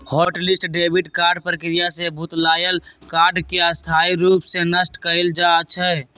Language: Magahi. हॉट लिस्ट डेबिट कार्ड प्रक्रिया से भुतलायल कार्ड के स्थाई रूप से नष्ट कएल जाइ छइ